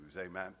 amen